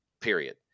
Period